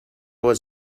was